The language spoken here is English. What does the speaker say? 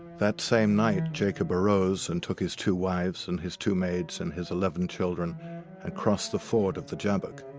that same night jacob arose and took his two wives and his two maids and his eleven children and crossed the ford at the jabbok.